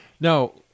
Now